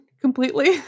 completely